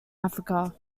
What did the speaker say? africa